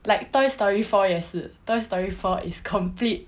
like toy story four 也是 toy story four is complete